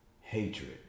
hatred